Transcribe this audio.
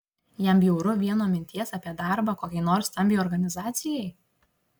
jam bjauru vien nuo minties apie darbą kokiai nors stambiai organizacijai